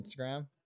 instagram